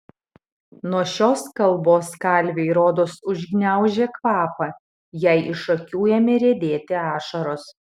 nuo šios kalbos kalvei rodos užgniaužė kvapą jai iš akių ėmė riedėti ašaros